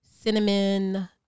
cinnamon